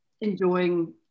enjoying